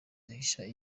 hashira